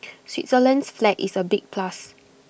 Switzerland's flag is A big plus